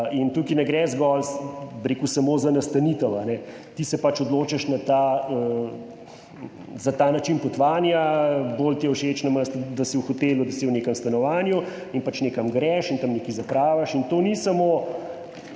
Tukaj ne gre zgolj samo za nastanitev, ti se odločiš za ta način potovanja, bolj ti je všeč, namesto, da si v hotelu, da si v nekem stanovanju, nekam greš in tam nekaj zapraviš in to ni samo,